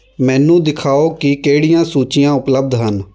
ਮੈਨੂੰ ਦਿਖਾਓ ਕਿ ਕਿਹੜੀਆਂ ਸੂਚੀਆਂ ਉਪਲੱਬਧ ਹਨ